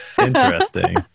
Interesting